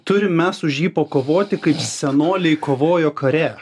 turim mes už jį pakovoti kaip senoliai kovojo kare